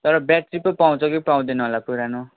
तर ब्याट्री पो पाउँछ कि पाउँदैन होला पुरानो